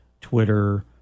Twitter